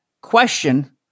question